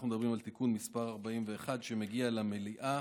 אנחנו מדברים על תיקון מס' 41 שמגיע למליאה.